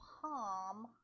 palm